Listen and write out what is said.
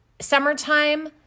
summertime